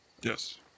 yes